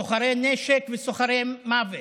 סוחרי נשק וסוחרי מוות.